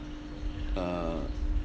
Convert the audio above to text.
uh